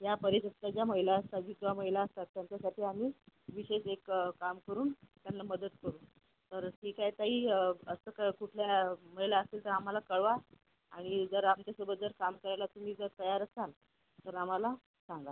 या परित्यक्ता ज्या महिला असतात विधवा महिला असतात त्यांच्यासाठी आम्ही विशेष एक काम करून त्यांना मदत करू तर ठीक आहे ताई असं कुठल्या महिला असतील तर आम्हाला कळवा आणि जर आमच्यासोबत जर काम करायला तुम्ही जर तयार असाल तर आम्हाला सांगा